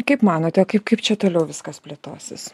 kaip manote kaip kaip čia toliau viskas plėtosis